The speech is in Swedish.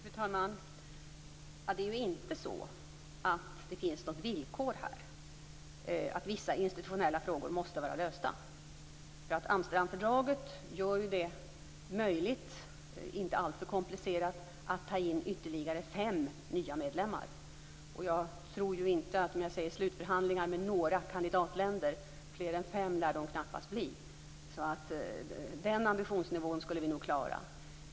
Fru talman! Det är inte så att det finns något villkor att vissa institutionella frågor måste vara lösta. Amsterdamfördraget gör det möjligt, inte alltför komplicerat, att ta in ytterligare fem nya medlemmar. Jag tror inte på slutförhandlingar med några kandidatländer. Fler än fem lär de knappast bli. Den ambitionsnivån skulle vi nog klara.